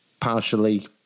partially